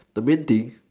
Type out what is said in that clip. the main thing